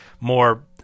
more